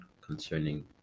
Concerning